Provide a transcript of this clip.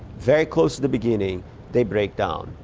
very close to the beginning they break down.